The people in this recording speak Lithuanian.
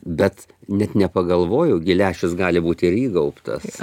bet net nepagalvojau gi lęšius gali būti ir įgaubtas